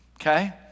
okay